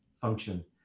function